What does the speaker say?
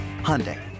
Hyundai